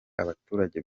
abaturage